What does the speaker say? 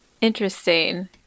interesting